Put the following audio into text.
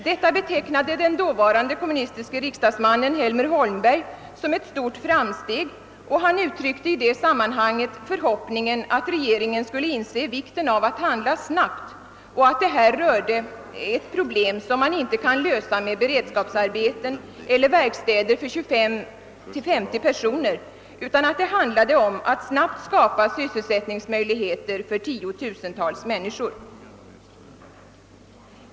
Detta betecknade den dåvarande kommunistiske riksdagsmannen Helmer Holmberg som ett stort framsteg, och han uttryckte i det sammanhanget förhoppningen att regeringen skulle inse vikten av att handla snabbt, varvid han framhöll att det här gällde ett problem som man inte kan lösa med beredskapsarbeten eller verkstäder för 25—50 personer, utan att det handlade om att snabbt skapa sysselsättningsmöjligheter för tiotusentals människor.